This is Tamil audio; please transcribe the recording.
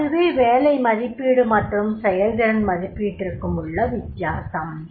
அதுவே வேலை மதிப்பீடு மற்றும் செயல்திறன் மதிப்பீட்டிற்கும் உள்ள வித்தியாசம்